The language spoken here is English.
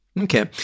Okay